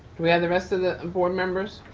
we have the rest of the board members?